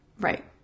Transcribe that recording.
Right